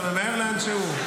אתה ממהר לאנשהו?